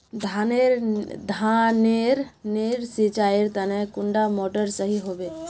धानेर नेर सिंचाईर तने कुंडा मोटर सही होबे?